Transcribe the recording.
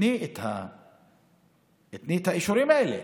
ותני את האישורים האלה.